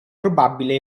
probabile